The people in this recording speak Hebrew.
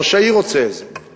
ראש העיר רוצה את זה.